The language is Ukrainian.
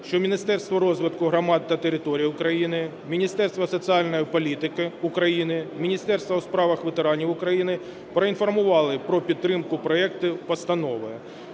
що Міністерство розвитку громад та територій України, Міністерство соціальної політики України, Міністерство у справах ветеранів України проінформували про підтримку проекту постанови.